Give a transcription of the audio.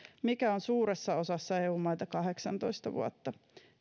mikä on suuressa osassa eu maita kahdeksantoista vuotta